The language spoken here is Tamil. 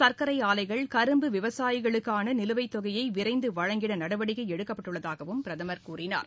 சர்க்கரை ஆலைகள் கரும்பு விவசாயிகளுக்கான நிலுவைத் தொகையை விரைந்து வழங்கிட நடவடிக்கை எடுக்கப்பட்டுள்ளதாகவும் பிரதமர் கூறினார்